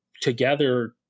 together